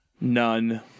None